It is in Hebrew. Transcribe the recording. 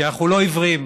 כי אנחנו לא עיוורים,